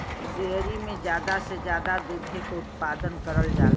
dairy में जादा से जादा दुधे के उत्पादन करल जाला